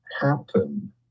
happen